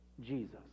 Jesus